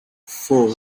four